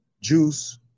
Juice